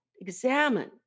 examine